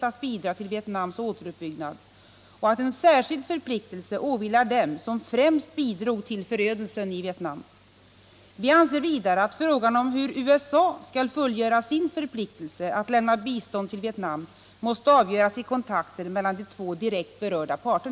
Härtill kommer följderna av två rekordkalla vintrar i norra Vietnam, en intensiv torka i alla Vietnams provinser under den gångna sommaren, tyfoner och översvämningar. Befolkningens försörjning med ris och andra livsmedel är hotad.